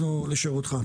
אנחנו לשירותך.